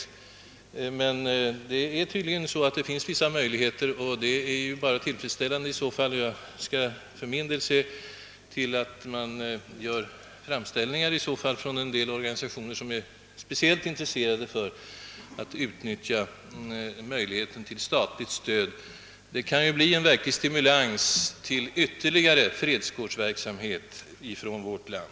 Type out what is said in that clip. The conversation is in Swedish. Men det finns tydligen vissa möjligheter härvidlag, och det är i så fall bara tillfredsställande. Jag skall för min del söka medverka till att framställningar görs av en del organisationer som är speciellt intresserade av att utnyttja denna möjlighet till statligt stöd. Det kan ju bli en verklig stimulans till vidgad fredkårsverksamhet från vårt land.